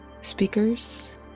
speakers